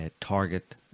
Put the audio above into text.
target